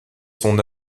son